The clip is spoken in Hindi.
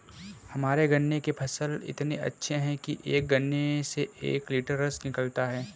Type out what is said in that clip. हमारे गन्ने के फसल इतने अच्छे हैं कि एक गन्ने से एक लिटर रस निकालता है